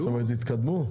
התקדמו?